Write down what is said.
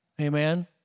Amen